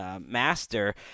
master